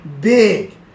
big